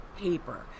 paper